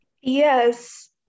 Yes